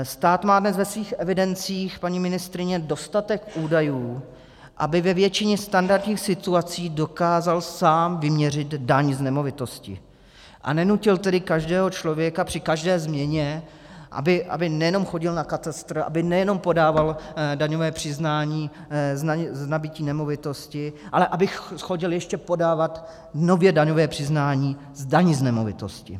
Stát má dnes ve svých evidencích paní ministryně dostatek údajů, aby ve většině standardních situací dokázal sám vyměřit daň z nemovitosti, a nenutil tedy každého člověka při každé změně, aby nejenom chodil na katastr, aby nejenom podával daňové přiznání z nabytí nemovitosti, ale aby chodil ještě podávat nově daňové přiznání z daně z nemovitosti.